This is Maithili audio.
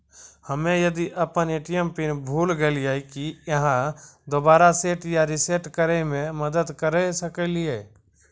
हम्मे यदि अपन ए.टी.एम पिन भूल गलियै, की आहाँ दोबारा सेट या रिसेट करैमे मदद करऽ सकलियै?